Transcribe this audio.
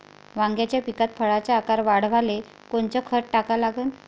वांग्याच्या पिकात फळाचा आकार वाढवाले कोनचं खत टाका लागन?